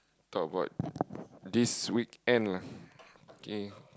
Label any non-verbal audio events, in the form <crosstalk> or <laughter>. talk about <noise> this weekend lah okay